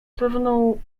pewną